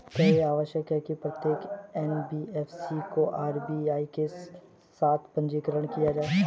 क्या यह आवश्यक है कि प्रत्येक एन.बी.एफ.सी को आर.बी.आई के साथ पंजीकृत किया जाए?